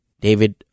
David